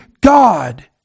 God